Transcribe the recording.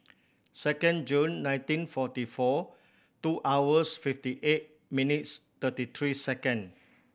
second June nineteen forty four two hours fifty eight minutes thirty three second